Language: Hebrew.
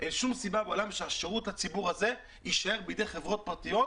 אין שום סיבה בעולם שהשירות הזה לציבור יישאר בידי חברות פרטית,